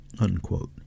unquote